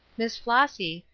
miss flossy,